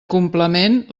complement